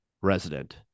resident